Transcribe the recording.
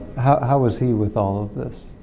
how how was he with all this?